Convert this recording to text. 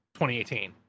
2018